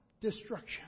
Destruction